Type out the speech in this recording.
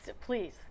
please